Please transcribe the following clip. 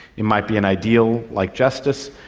it might be an ideal like justice,